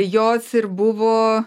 jos ir buvo